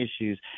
issues